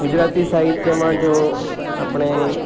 ગુજરાતી સાહિત્યમાં જો આપણે